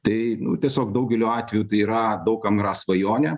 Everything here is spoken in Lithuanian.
tai tiesiog daugeliu atvejų tai yra daug kam yra svajonė